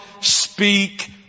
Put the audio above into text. speak